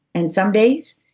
and some days,